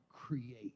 create